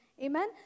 Amen